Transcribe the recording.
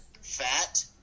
fat